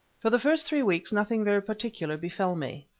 for the first three weeks nothing very particular befell me.